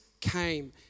came